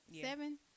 seven